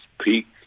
peak